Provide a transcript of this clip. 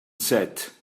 set